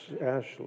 Ashley